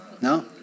No